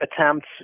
attempts